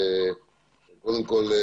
קודם כול,